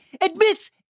admits